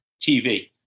TV